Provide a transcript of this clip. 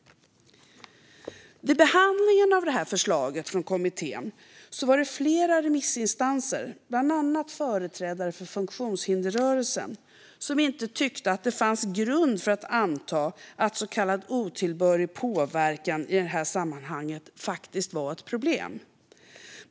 Vid behandlingen av förslaget från kommittén var det flera remissinstanser, bland annat företrädare för funktionshindersrörelsen, som inte tyckte det fanns grund för att anta att så kallad otillbörlig påverkan i det här sammanhanget faktiskt var ett problem.